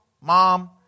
mom